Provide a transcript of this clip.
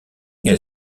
elle